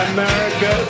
America